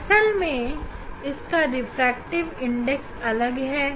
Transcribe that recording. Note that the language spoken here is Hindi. असल में इसका रिफ्रैक्टिव इंडेक्स अलग है